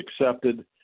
accepted